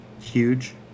huge